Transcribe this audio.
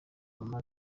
mama